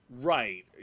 Right